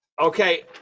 Okay